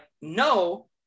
no